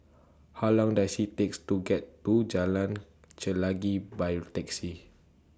How Long Does IT takes to get to Jalan Chelagi By Taxi